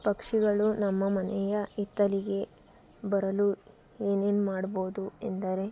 ಪಕ್ಷಿಗಳು ನಮ್ಮ ಮನೆಯ ಹಿತ್ತಲಿಗೆ ಬರಲು ಏನೇನು ಮಾಡ್ಬೋದು ಎಂದರೆ